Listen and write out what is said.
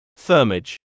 Thermage